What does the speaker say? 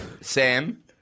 Sam